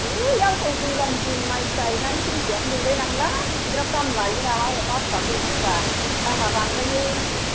ओइ आवसाव दैज्लां दिन माइ गायनानै फैसायानो गैलाय लांला इसिग्राब दाम लायो नामा अमा फिसाखौ सोरबा दामा बांद्रायो